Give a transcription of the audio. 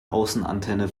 außenantenne